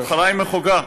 בהתחלה עם מחוגה,